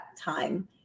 time